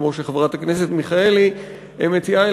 כמו שחברת הכנסת מיכאלי מציעה,